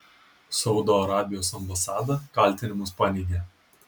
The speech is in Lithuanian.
saudo arabijos ambasada kaltinimus paneigė